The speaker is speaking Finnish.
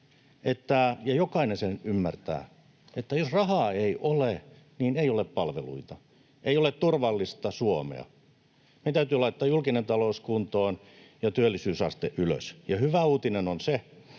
ja jokainen sen ymmärtää, että jos rahaa ei ole, niin ei ole palveluita, ei ole turvallista Suomea. Meidän täytyy laittaa julkinen talous kuntoon ja työllisyysaste ylös, ja hyvä uutinen on se,